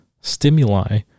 stimuli